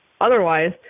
otherwise